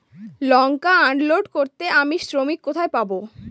লঙ্কা unload করতে আমি শ্রমিক কোথায় পাবো?